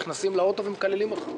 נכנסים לאוטו ומקללים אותך.